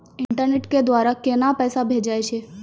Internet के द्वारा केना पैसा भेजय छै?